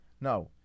now